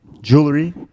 Jewelry